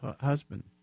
husband